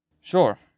Sure